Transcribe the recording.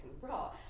raw